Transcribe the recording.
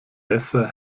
besser